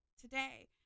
today